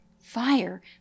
Fire